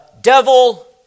devil